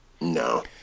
no